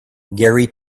gary